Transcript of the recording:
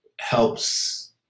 helps